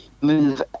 move